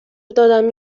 دادم